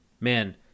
man